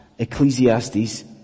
ecclesiastes